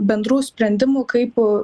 bendrų sprendimų kaip